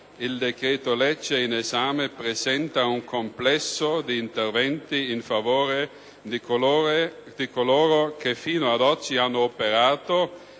il decreto-legge in esame presenta un complesso di interventi in favore di coloro che fino ad oggi hanno operato